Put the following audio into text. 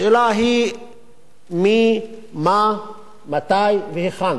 השאלה היא מי, מה, מתי והיכן.